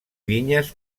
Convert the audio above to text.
vinyes